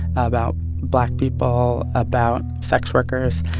about black people, about sex workers.